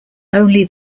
only